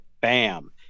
bam